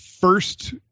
first